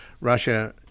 Russia